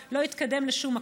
לא התקדם לשום מקום.